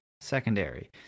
secondary